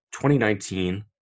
2019